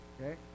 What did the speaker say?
Okay